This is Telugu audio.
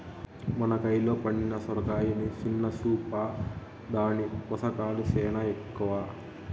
మన కయిలో పండిన సొరకాయని సిన్న సూపా, దాని పోసకాలు సేనా ఎక్కవ